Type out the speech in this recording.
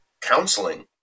counseling